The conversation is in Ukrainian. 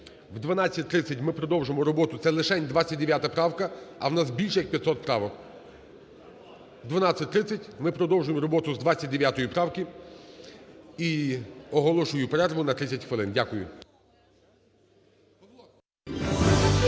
О 12:30 ми продовжуємо роботу з 29 правки. І